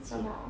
什么